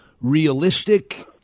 realistic